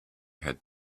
had